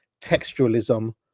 textualism